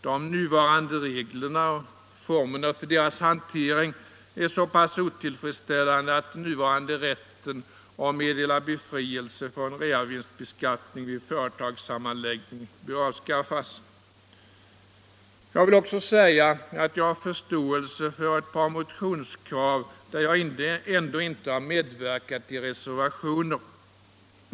De nuvarande reglerna, och formerna för deras hantering, är så pass otillfredsställande att den nuvarande rätten att meddela befrielse från reavinstbeskattning vid företagssammanläggningar bör avskaffas. Jag vill också säga att jag har förståelse för ett par motionskrav där jag ändå inte har medverkat i reservationerna.